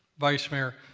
vice mayor,